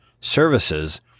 services